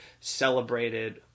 celebrated